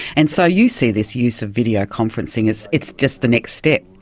and so you see this use of videoconferencing, it's it's just the next step.